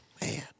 man